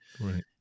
Right